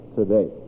today